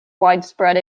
widespread